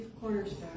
cornerstone